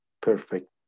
perfect